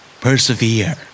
Persevere